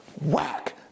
whack